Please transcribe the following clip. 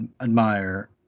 admire